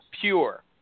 pure